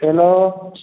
hello